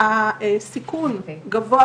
אני מעודדת את קופות החולים,